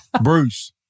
Bruce